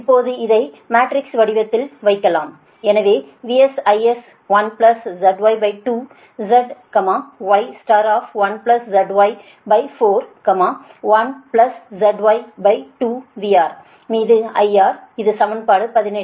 இப்போது இதை மேட்ரிக்ஸ் வடிவத்தில் வைக்கவும் எனவே VS IS 1ZY2 Z Y 1ZY4 1ZY2 VR மீது IR இது சமன்பாடு 18